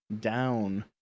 down